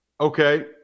Okay